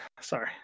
Sorry